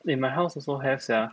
eh my house also have sia